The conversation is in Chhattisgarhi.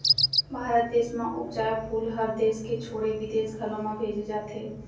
भारत देस म उपजाए फूल हर देस के छोड़े बिदेस घलौ म भेजे जाथे